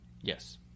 yes